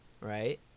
right